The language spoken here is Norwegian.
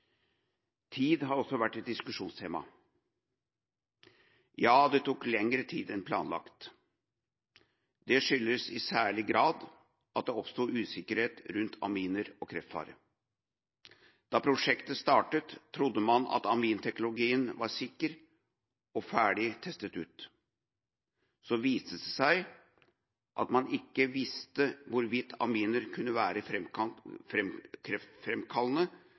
Tid har også vært et diskusjonstema. Ja, det tok lengre tid enn planlagt. Det skyldes i særlig grad at det oppsto usikkerhet rundt aminer og kreftfare. Da prosjektet startet, trodde man at aminteknologien var sikker og ferdig testet ut. Det viste seg at man ikke visste hvorvidt aminer kunne være